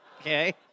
Okay